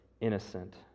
innocent